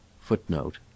footnote